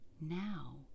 now